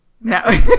No